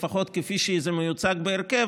לפחות כפי שזה מיוצג בהרכב,